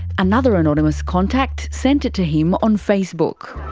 another anonymous contact sent it to him on facebook.